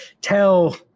tell